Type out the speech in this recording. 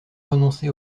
renoncé